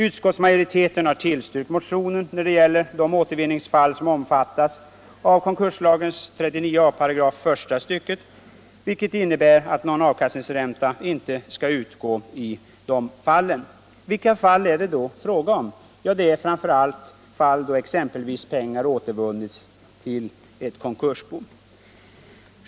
Utskottsmajoriteten har tillstyrkt motionen när det gäller de återvinningsfall som omfattats av konkurslagens 39 a §, första stycket, vilket innebär att någon avkastningsränta inte skall utgå i de fallen. Vilka fall är det då fråga om? Ja, framför allt fall då exempelvis pengar återvunnits till ett konkursbo.